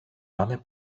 πάμε